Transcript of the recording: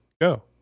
go